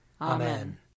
Amen